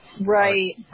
Right